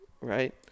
right